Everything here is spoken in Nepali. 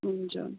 हुन्छ हुन्छ